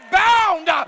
bound